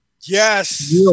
yes